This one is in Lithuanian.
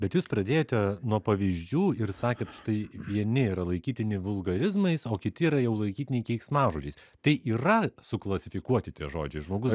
bet jūs pradėjote nuo pavyzdžių ir sakėt štai vieni yra laikytini vulgarizmais o kiti yra jau laikytini keiksmažodžiais tai yra suklasifikuokite žodžiu žmogus